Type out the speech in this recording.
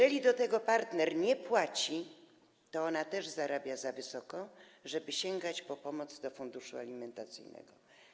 A do tego jeżeli partner nie płaci, to ona też zarabia za dużo, żeby sięgać po pomoc do funduszu alimentacyjnego.